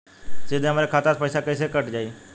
सीधे हमरे खाता से कैसे पईसा कट जाई?